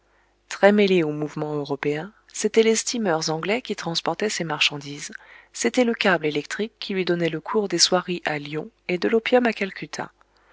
très mêlé au mouvement européen c'étaient les steamers anglais qui transportaient ses marchandises c'était le câble électrique qui lui donnait le cours des soieries à lyon et de l'opium à calcutta